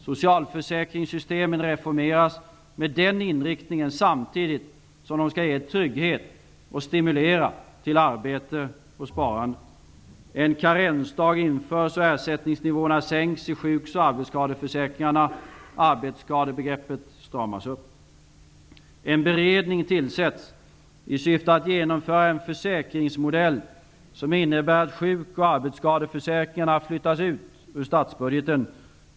Socialförsäkringssystemen reformeras med den inriktningen samtidigt som de skall ge trygghet och stimulera till arbete och sparande. En karensdag införs och ersättningsnivåerna sänks i sjuk och arbetsskadeförsäkringarna. Arbetsskadebegreppet stramas upp. En beredning tillsätts i syfte att genomföra en försäkringsmodell som innebär att sjuk och arbetsskadeförsäkringarna flyttas ur statsbudgeten.